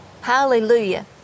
Hallelujah